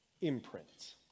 imprint